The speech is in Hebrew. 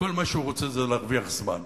וכל מה שהוא רוצה זה להרוויח זמן,